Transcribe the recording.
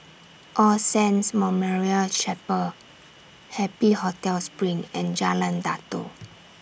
All Saints Memorial Chapel Happy Hotel SPRING and Jalan Datoh